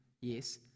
Yes